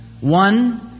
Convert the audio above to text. One